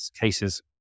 cases